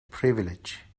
privilege